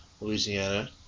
Louisiana